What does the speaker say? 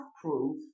proof